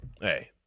Hey